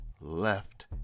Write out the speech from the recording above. left